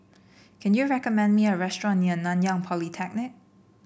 can you recommend me a restaurant near Nanyang Polytechnic